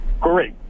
Great